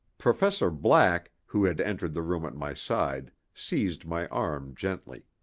professor black, who had entered the room at my side, seized my arm gently.